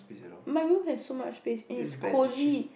my room has so much space and it's cosy